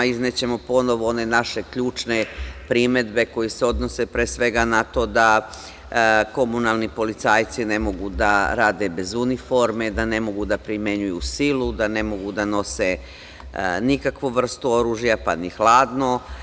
Iznećemo ponovo one naše ključne primedbe koje se odnose pre svega na to da komunalni policajci ne mogu da rade bez uniforme i da ne mogu da primenjuju silu, da ne mogu da nose nikakvu vrstu oružja, pa ni hladno.